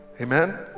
Amen